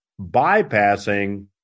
bypassing